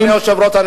אדוני היושב-ראש,